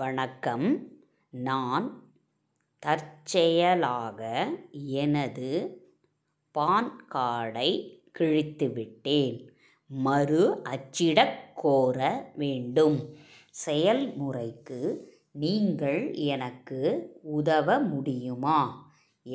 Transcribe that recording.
வணக்கம் நான் தற்செயலாக எனது பான் கார்டை கிழித்துவிட்டேன் மறு அச்சிடக் கோர வேண்டும் செயல்முறைக்கு நீங்கள் எனக்கு உதவ முடியுமா